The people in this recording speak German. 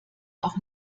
auch